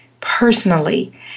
personally